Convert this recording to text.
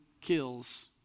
kills